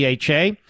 DHA